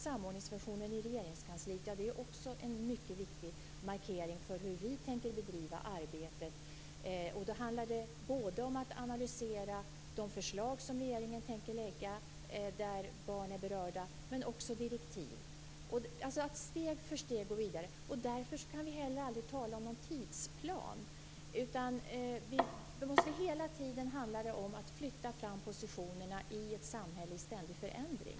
Samordningsfunktionen i Regeringskansliet är också en mycket viktig markering av hur vi tänker bedriva arbetet. Då handlar det både om att analysera de förslag som regeringen tänker lägga och där barn är berörda och om att komma med direktiv. Det handlar om att gå vidare steg för steg. Därför kan vi inte heller tala om någon tidsplan. Det handlar hela tiden om att flytta fram positionerna i ett samhälle i ständig förändring.